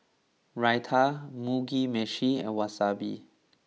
Raita Mugi Meshi and Wasabi